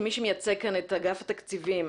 כמי שמייצג כאן את אגף התקציבים,